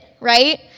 right